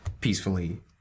peacefully